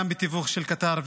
גם בתיווך של קטר,